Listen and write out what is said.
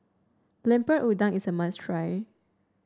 Lemper Udang is a must try